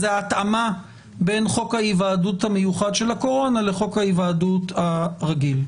זו ההתאמה בין חוק ההיוועדות המיוחד של הקורונה לחוק ההיוועדות הרגיל.